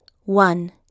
one